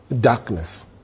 darkness